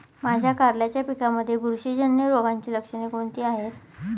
माझ्या कारल्याच्या पिकामध्ये बुरशीजन्य रोगाची लक्षणे कोणती आहेत?